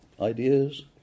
ideas